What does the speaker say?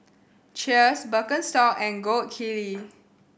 Cheers Birkenstock and Gold Kili